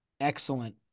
excellent